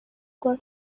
rwa